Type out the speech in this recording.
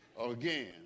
again